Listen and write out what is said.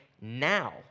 now